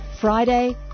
Friday